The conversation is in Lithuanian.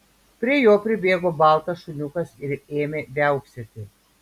prie jo pribėgo baltas šuniukas ir ėmė viauksėti